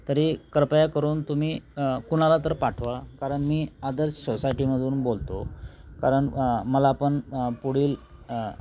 तरी कृपया करून तुम्ही कुणाला तर पाठवा कारण मी आदर्श सोसायटीमधून बोलतो कारण मला पण पुढील